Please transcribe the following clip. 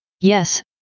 Yes